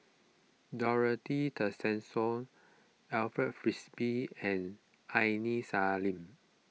Dorothy Tessensohn Alfred Frisby and Aini Salim